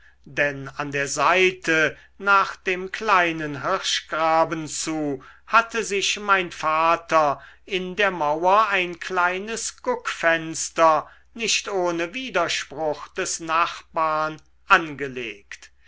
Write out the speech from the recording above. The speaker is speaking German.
denn an der seite nach dem kleinen hirschgraben zu hatte sich mein vater in der mauer ein kleines guckfenster nicht ohne widerspruch des nachbarn angelegt